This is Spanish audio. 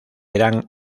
eran